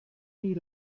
nie